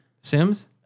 Sims